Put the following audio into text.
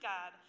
God